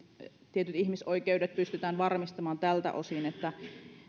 tietyt ihmisoikeudet pystytään varmistamaan tältä osin että